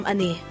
Ani